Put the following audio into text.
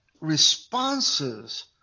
responses